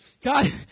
God